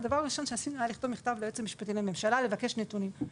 הדבר הראשון שעשינו זה לכתוב מכתב ליועץ המשפטי לממשלה ולבקש נתונים.